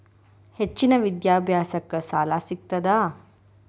ಹೆಚ್ಚಿನ ವಿದ್ಯಾಭ್ಯಾಸಕ್ಕ ಸಾಲಾ ಸಿಗ್ತದಾ?